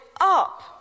up